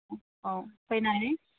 औ फैनानै